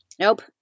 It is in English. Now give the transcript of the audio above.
nope